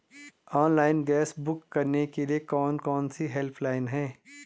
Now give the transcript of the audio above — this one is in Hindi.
ऑनलाइन गैस बुक करने के लिए कौन कौनसी हेल्पलाइन हैं?